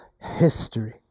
history